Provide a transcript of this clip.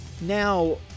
Now